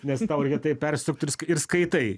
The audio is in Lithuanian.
nes tau reikia taip persisukt ir sk skaitai